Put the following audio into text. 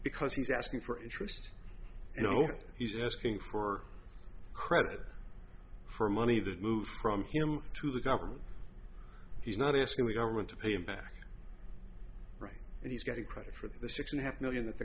because he's asking for interest you know he's asking for credit for money that moves from him to the government he's not asking the government to pay him back right and he's got a credit for the six and a half million that the